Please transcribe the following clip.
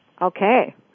Okay